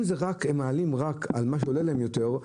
אם הם מעלים רק על מה שעולה להם יותר,